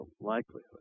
likelihood